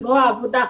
זה זרוע העבודה.